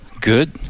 good